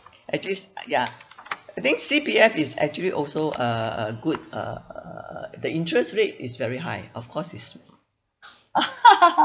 actually ya I think C_P_F is actually also uh a good err the interest rate is very high of course is